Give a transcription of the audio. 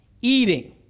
eating